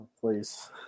Please